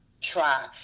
try